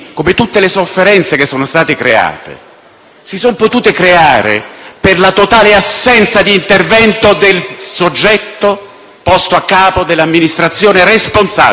si è potuta creare per la totale assenza di intervento del soggetto posto a capo dell'Amministrazione responsabile anche dello sbarco.